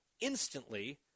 instantly